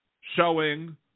showing